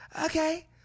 okay